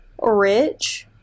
rich